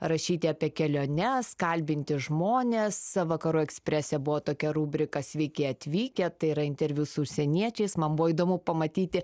rašyti apie keliones kalbinti žmones vakarų eksprese buvo tokia rubrika sveiki atvykę tai yra interviu su užsieniečiais man buvo įdomu pamatyti